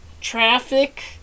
traffic